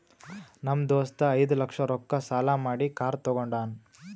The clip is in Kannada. ನಮ್ ದೋಸ್ತ ಐಯ್ದ ಲಕ್ಷ ರೊಕ್ಕಾ ಸಾಲಾ ಮಾಡಿ ಕಾರ್ ತಗೊಂಡಾನ್